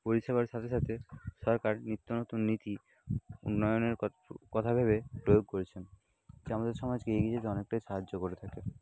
পরিষেবার সাথে সাথে সরকার নিত্য নতুন নীতি উন্নয়নের কথা ভেবে প্রয়োগ করেছেন যা আমাদের সমাজকে এগিয়ে যেতে অনেকটাই সাহায্য করে থাকে